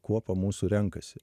kuopa mūsų renkasi